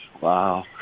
Wow